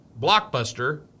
Blockbuster